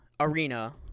Arena